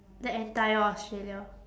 the entire australia